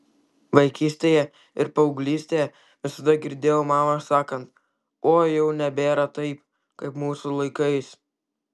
vaikystėje ir paauglystėje visada girdėjau mamą sakant oi jau nebėra taip kaip mūsų laikais